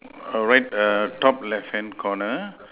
a red top left hand corner